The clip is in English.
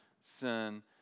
sin